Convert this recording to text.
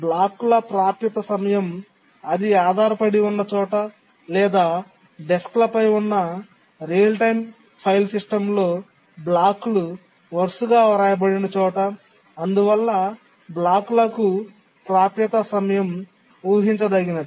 బ్లాక్ల ప్రాప్యత సమయం అది ఆధారపడి ఉన్న చోట లేదా డెస్క్పై ఉన్న రియల్ టైమ్ ఫైల్ సిస్టమ్లో బ్లాక్లు వరుసగా వ్రాయబడిన చోట అందువల్ల బ్లాక్లకు ప్రాప్యత సమయం ఊహించదగినది